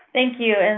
thank you.